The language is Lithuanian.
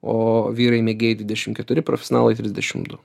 o vyrai mėgėjai dvidešimt keturi profesionalai trisdešimt du